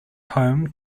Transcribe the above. home